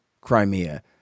Crimea